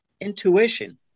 intuition